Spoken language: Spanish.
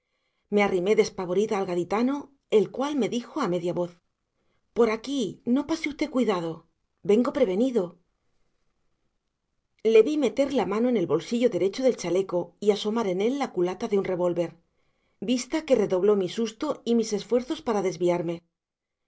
me arrimé despavorida al gaditano el cual me dijo a media voz por aquí no pase usted cuidado vengo prevenido le vi meter la mano en el bolsillo derecho del chaleco y asomar en él la culata de un revólver vista que redobló mi susto y mis esfuerzos para desviarme